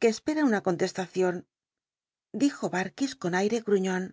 que espera una contestacion dijo barkis con aire gruiion